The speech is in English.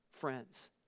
friends